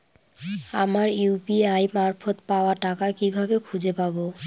আমার ইউ.পি.আই মারফত পাওয়া টাকা কিভাবে খুঁজে পাব?